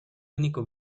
único